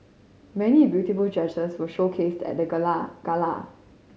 many beautiful dresses were showcased at the gala gala